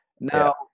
Now